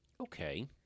Okay